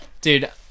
dude